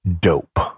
dope